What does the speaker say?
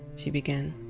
she began.